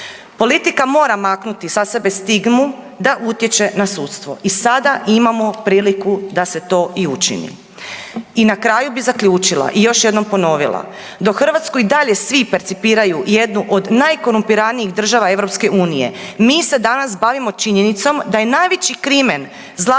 Politika mora maknuti sa sebe stigmu da utječe na sudstvo i sada imamo priliku da se to i učini. I na kraju bih zaključila i još jednom ponovila. Dok Hrvatsku i dalje svi percipiraju jednu od najkorumpiranijih država EU mi se danas bavimo činjenicom da je najveći crimen Zlate